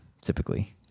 typically